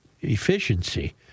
efficiency